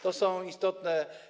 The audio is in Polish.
To są istotne.